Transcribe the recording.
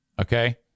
Okay